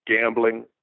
gambling